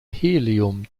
helium